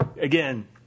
Again